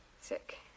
Sick